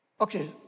Okay